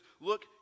look